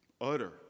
Utter